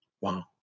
Wow